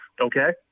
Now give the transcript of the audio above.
okay